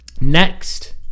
Next